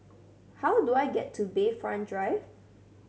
how do I get to Bayfront Drive